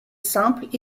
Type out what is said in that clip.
simples